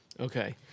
Okay